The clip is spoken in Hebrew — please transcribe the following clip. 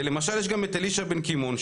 למשל יש גם את אלישע בן קימון,